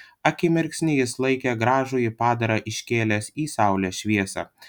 akimirksnį jis laikė gražųjį padarą iškėlęs į saulės šviesą